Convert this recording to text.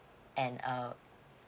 and err